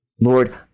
Lord